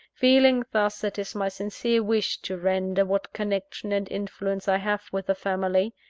feeling thus, it is my sincere wish to render what connection and influence i have with the family,